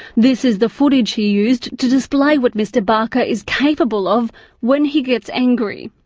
this is the footage he used to display what mr barker is capable of when he gets angry.